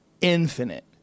infinite